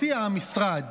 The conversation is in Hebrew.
הציע המשרד